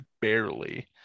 barely